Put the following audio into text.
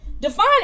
define